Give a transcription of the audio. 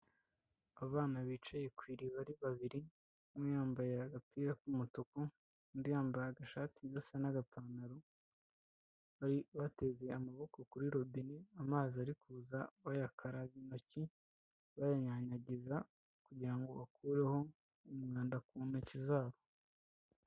Abana bicaye ku iriba ari babiri, umwe yambaye agapira k'umutuku, undi yambaye agashati gasa n'agapantaro, bari bateze amaboko kuri robine, amazi ari kuza bayakaraba intoki, bayanyanyagiza kugira ngo bakureho umwanda ku ntoki zabo.